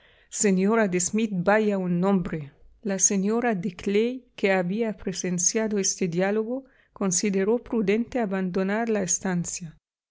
señora de smith vaya un nombre la señora de clay que había presenciado este diálogo consideró prudente abandonar la estancia